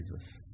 Jesus